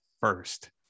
first